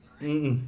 mm